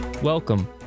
Welcome